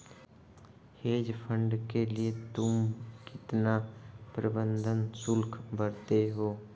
Hedge fund के लिए तुम कितना प्रबंधन शुल्क भरते हो?